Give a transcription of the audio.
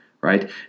right